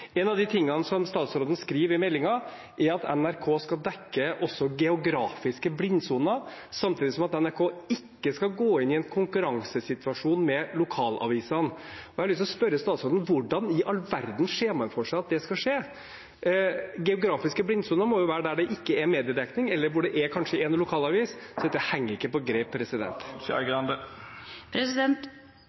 En av de tingene som statsråden skriver i meldingen, er at NRK også skal dekke «geografiske blindsoner», samtidig som NRK ikke skal gå inn i en konkurransesituasjon med lokalavisene. Da har jeg lyst til å spørre statsråden: Hvordan i all verden ser man for seg at det skal skje? Geografiske blindsoner må jo være der det ikke er mediedekning, eller hvor det er kanskje én lokalavis. Dette henger ikke på